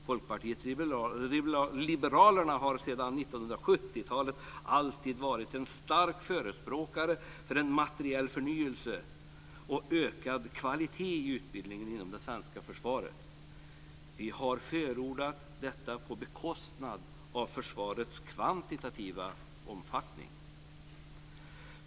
Folkpartiet liberalerna har sedan 1970-talet alltid varit en stark förespråkare för en materiell förnyelse och en ökad kvalitet i utbildningen inom det svenska försvaret. Vi har förordat detta på bekostnad av försvarets kvantitativa omfattning.